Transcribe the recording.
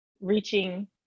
reaching